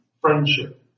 friendship